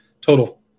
Total